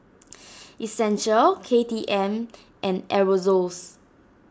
Essential K T M and Aerosoles